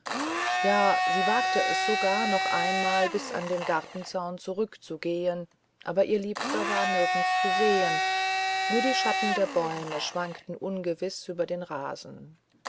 ja sie wagte es sogar noch einmal bis an den gartenzaun zurückzugehen aber ihr liebster war nirgend zu sehen nur die schatten der bäume schwankten ungewiß über den rasen